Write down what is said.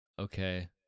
Okay